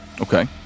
Okay